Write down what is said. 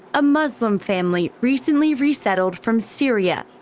a muslim family recently resettled from syria,